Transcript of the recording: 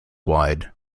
wide